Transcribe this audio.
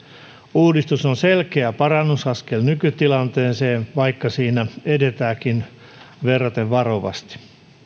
uudistus on selkeä parannusaskel nykytilanteeseen nähden vaikka siinä edetäänkin verraten varovasti